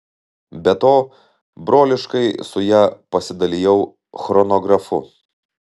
be to broliškai su ja pasidalijau chronografu